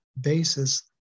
basis